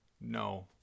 No